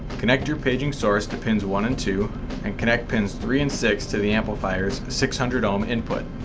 connect your paging source to pins one and two and connect pins three and six to the amplifiers six hundred ohm input.